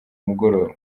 mugoroba